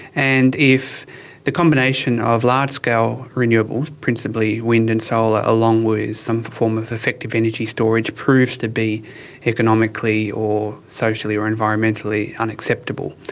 and if the combination of large-scale renewables, principally wind and solar, along with some form of effective energy storage proves to be economically or socially or environmentally unacceptable,